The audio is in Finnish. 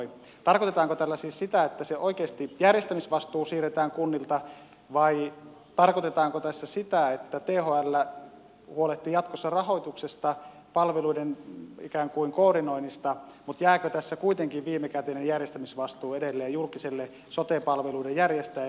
tarkoitetaanko tällä siis sitä että oikeasti se järjestämisvastuu siirretään kunnilta vai tarkoitetaanko tässä sitä että thl huolehtii jatkossa rahoituksesta ja palveluiden ikään kuin koordinoinnista mutta jääkö tässä kuitenkin viimekätinen järjestämisvastuu edelleen julkiselle sote palveluiden järjestäjälle kunnille